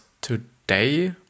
today